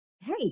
hey